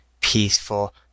peaceful